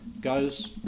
goes